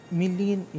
million